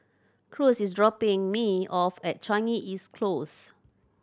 Cruz is dropping me off at Changi East Close